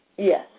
Yes